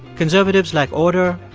conservatives like order.